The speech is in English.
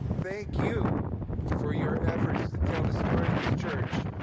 thank you for your efforts to tell the story of this church,